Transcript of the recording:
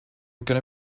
gonna